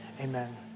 Amen